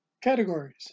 categories